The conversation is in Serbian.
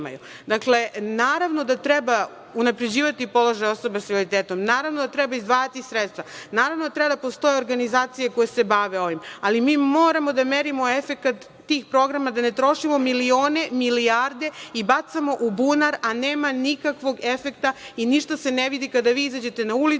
imaju. Dakle, naravno da treba unapređivati položaj osoba sa invaliditetom, naravno da treba izdvajati sredstva, naravno da treba da postoje organizacije koje se bave ovim, ali mi moramo da merimo efekat tih programa, da ne trošimo milione, milijarde i bacamo u bunar, a nema nikakvog efekta i ništa se ne vidi. Kada vi izađete na ulicu,